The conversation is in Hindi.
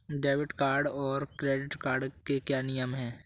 डेबिट कार्ड और क्रेडिट कार्ड के क्या क्या नियम हैं?